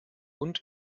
und